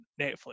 Netflix